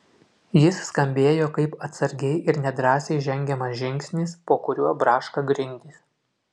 jis skambėjo kaip atsargiai ir nedrąsiai žengiamas žingsnis po kuriuo braška grindys